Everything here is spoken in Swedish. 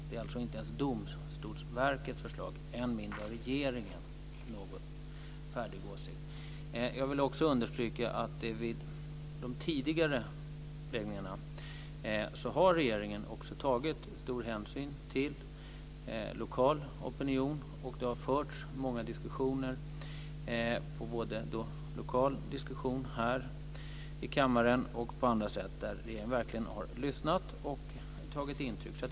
Det är alltså inte Domstolsverkets förslag, än mindre regeringens. Jag vill också understryka att vid de tidigare reformeringarna har regeringen tagit stor hänsyn till lokala opinioner. Det har förts många diskussioner lokalt, här i kammaren och på andra sätt som regeringen verkligen har lyssnat till och tagit intryck av.